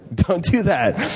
don't do that.